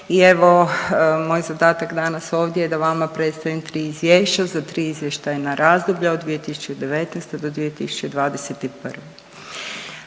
I evo moj zadatak danas ovdje je da vama predstavim tri izvješća za tri izvještajna razdoblja od 2019.-2021.